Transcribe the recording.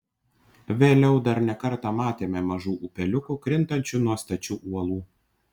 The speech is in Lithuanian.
vėliau dar ne kartą matėme mažų upeliukų krintančių nuo stačių uolų